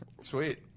Sweet